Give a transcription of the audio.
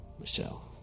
Michelle